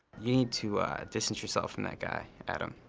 you need to distance yourself from that guy, adam.